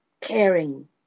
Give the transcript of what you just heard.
caring